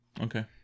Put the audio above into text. Okay